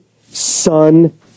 son